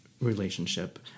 relationship